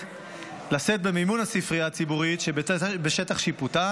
לשאת במימון הספרייה הציבורית שבשטח שיפוטה,